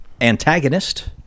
antagonist